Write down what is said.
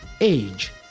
age